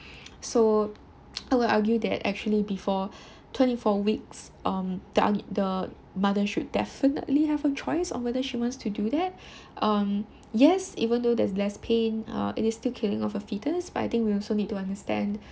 so I will argue that actually before twenty four weeks um the ar~ the mother should definitely have a choice on whether she wants to do that um yes even though there's less pain uh it is still killing of a fetus but I think we also need to understand